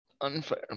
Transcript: Unfair